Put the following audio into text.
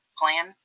plan